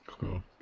Cool